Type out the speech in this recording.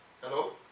Hello